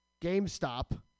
GameStop